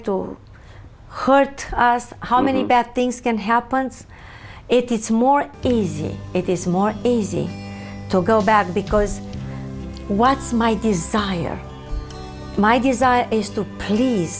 to hurt us how many bad things can happen and it is more easy it is more easy to go bad because what's my desire my desire is to please